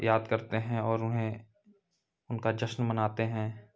याद करते हैं और उन्हें उनका जश्न मनाते हैं